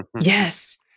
Yes